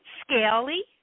scaly